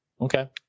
Okay